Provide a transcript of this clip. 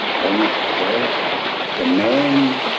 homo faber the man